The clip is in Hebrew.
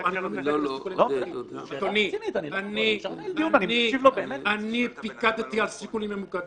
לא, אני לא מתנגד לסיכולים ממוקדים.